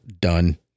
Done